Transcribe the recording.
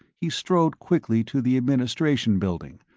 he strode quickly to the administration building,